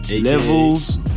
Levels